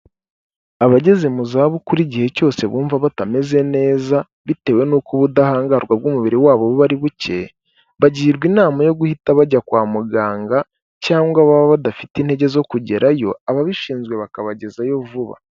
Abageze mu zabukuru igihe cyose bumva batameze neza, bitewe n'uko ubudahangarwa bw'umubiri wabo buba ari buke, bagirwa inama yo guhita bajya kwa muganga cyangwa baba badafite intege zo kugerayo, ababishinzwe bakabagezayo vuba.